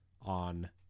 on